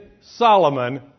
Solomon